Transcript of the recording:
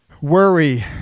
Worry